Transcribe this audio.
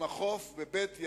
על חוף בית-ינאי,